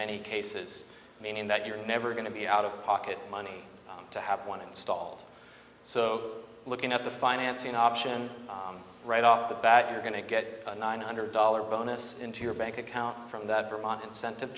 many cases meaning that you're never going to be out of pocket money to have one installed so looking at the financing option right off the bat you're going to get a nine hundred dollars bonus into your bank account from that vermont incentive